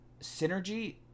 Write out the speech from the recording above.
synergy